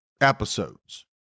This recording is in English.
episodes